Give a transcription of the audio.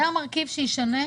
זה המרכיב שישנה,